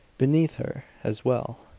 beneath her, as well,